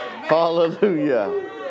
Hallelujah